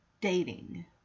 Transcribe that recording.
Dating